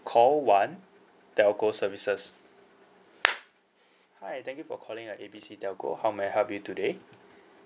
call one telco services hi thank you for calling uh A B C telco how may I help you today